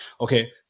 okay